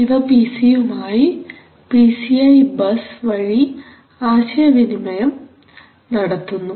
ഇവ P C യുമായി P C I bus വഴി ആശയ വിനിമയം നടത്തുന്നു